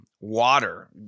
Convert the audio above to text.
water